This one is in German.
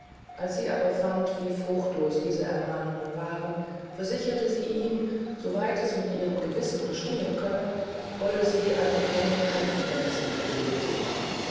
als sie aber fand wie fruchtlos ihre ermahnungen waren versicherte sie ihm so weit es mit ihrem gewissen bestehen könne wolle sie einer trennung kein hinderniß in den weg legen